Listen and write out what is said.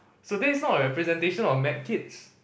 so this is not a representation on med kids